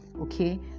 okay